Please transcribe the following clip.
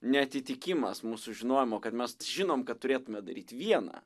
neatitikimas mūsų žinojimo kad mes žinom kad turėtume daryt vieną